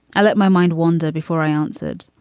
i let my mind wander before i answered.